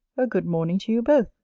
a good morning to you both!